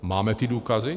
Máme ty důkazy?